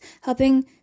helping